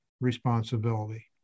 responsibility